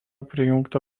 prijungta